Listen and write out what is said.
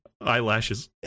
eyelashes